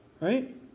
right